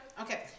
Okay